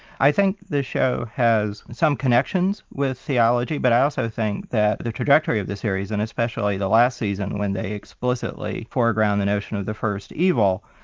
i think the show has some connections with theology, but i also think that the trajectory of the series and especially the last season, when they explicitly foreground the notion of the first evil,